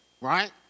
right